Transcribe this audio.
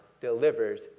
delivers